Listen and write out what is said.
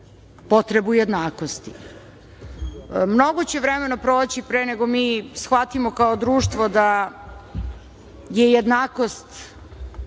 potrebu jednakosti. Mnogo će vremena proći pre nego mi shvatimo kao društvo da je jednakost